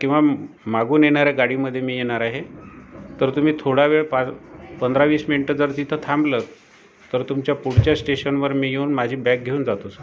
किंवा मागून येणाऱ्या गाडीमध्ये मी येणार आहे तर तुम्ही थोडा वेळ पारं पंधरा वीस मिंट जर तिथं थांबलं तर तुमच्या पुढच्या स्टेशनवर मी येऊन माझी बॅग घेऊन जातो सर